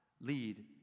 lead